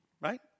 Right